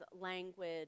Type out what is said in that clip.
language